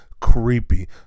creepy